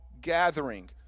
gathering